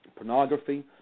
pornography